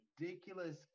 ridiculous